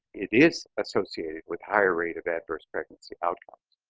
it is associated with higher rate of adverse pregnancy outcomes.